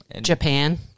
Japan